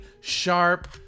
Sharp